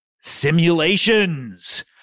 simulations